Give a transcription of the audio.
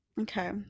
Okay